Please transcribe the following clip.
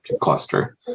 cluster